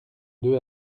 d’eux